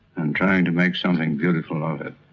and trying to make something beautiful of it.